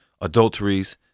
adulteries